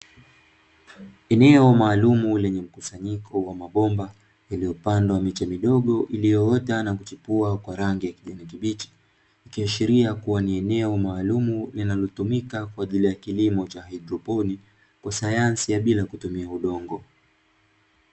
Eneo maalumu lenye mkusanyiko wa mabomba iliyopandwa miche midogo iliyoota na kuchipua kwa rangi ya kijani kibichi, ikiashiria kuwa ni eneo maalumu linalotumika kwa ajili ya kilimo cha haidroponi kwa sayansi ya bila kutumia udongo.